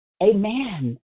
Amen